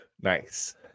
nice